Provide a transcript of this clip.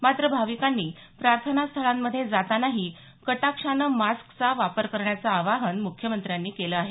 मात्र भाविकांनी प्रार्थनास्थळांमध्ये जातानाही कटाक्षानं मास्कचा वापर करण्याचं आवाहन मुख्यमंत्र्यांनी केलं आहे